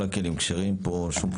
כל הכלים כשרים פה.